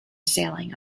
sailing